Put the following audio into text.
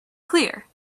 clear